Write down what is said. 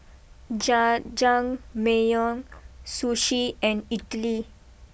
Jajangmyeon Sushi and Idili